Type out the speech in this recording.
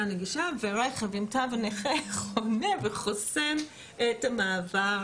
הנגישה ורכב עם תו נכה חונה וחוסם את המעבר